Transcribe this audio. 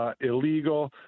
Illegal